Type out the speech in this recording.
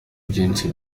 byinshi